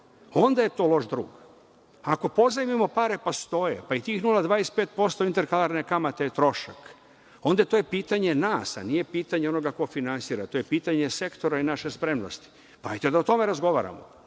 onda je to loš drug. Ako pozajmimo pare pa stoje, pa i tih 0,25% interkalarne kamate je trošak, onda je to pitanje nas a nije pitanje onoga ko finansira. To je pitanje sektora i naše spremnosti. Dajte da o tome razgovaramo.